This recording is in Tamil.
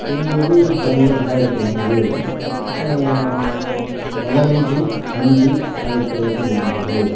ஒம்பது பதினொன்று ரெண்டாயிரத்து ஒம்பது பதினஞ்சு அஞ்சு ஆயிரத்து தொள்ளாயிரத்து எண்பது